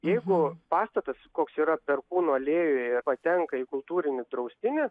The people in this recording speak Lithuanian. jeigu pastatas koks yra perkūno alėjoje patenka į kultūrinį draustinį